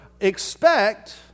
expect